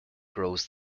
grows